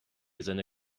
seine